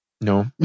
No